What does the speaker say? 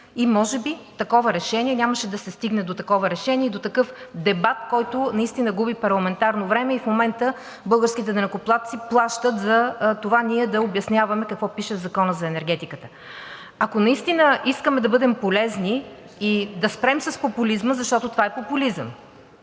и може би нямаше да се стигне до такова решение, до такъв дебат, който наистина губи парламентарно време, и в момента българските данъкоплатци плащат за това ние да обясняваме какво пише в Закона за енергетиката. Ако наистина искаме да бъдем полезни, да спрем с популизма, защото това е популизъм.